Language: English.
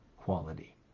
quality